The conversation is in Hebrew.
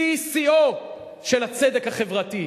שיא שיאו של הצדק החברתי.